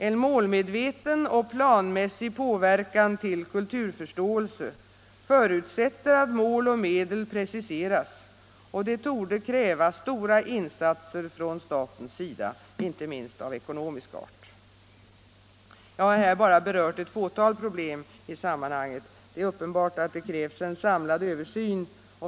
En målmedveten och planmässig påverkan till kulturförståelse förutsätter att mål och medel preciseras, och det torde kräva stora insatser från statens sida, inte minst av ekonomisk art. Jag har här bara berört ett fåtal problem i sammanhanget. Det är uppenbart att det krävs en samlad översyn.